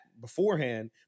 beforehand